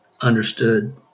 understood